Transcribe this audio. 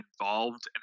involved